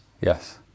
Yes